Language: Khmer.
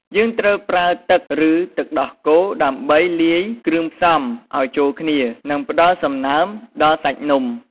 យើងត្រូវប្រើទឹក ឬ ទឹកដោះគោ ដើម្បីលាយគ្រឿងផ្សំឱ្យចូលគ្នា និងផ្តល់សំណើមដល់សាច់នំ។